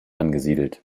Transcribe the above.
angesiedelt